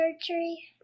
surgery